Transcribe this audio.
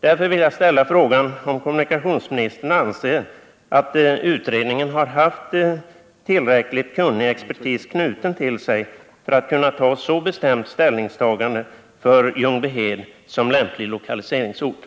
Därför vill jag ställa frågan om kommunikationsministern anser att utredningen har haft tillräckligt kunnig expertis knuten till sig för ett så bestämt ställningstagande för Ljungbyhed som lämplig lokaliseringsort.